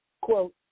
quote